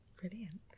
brilliant